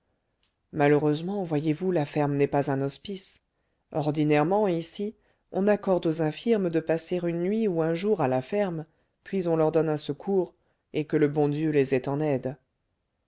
malheureusement voyez-vous la ferme n'est pas un hospice ordinairement ici on accorde aux infirmes de passer une nuit ou un jour à la ferme puis on leur donne un secours et que le bon dieu les ait en aide